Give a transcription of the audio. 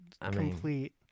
complete